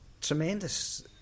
Tremendous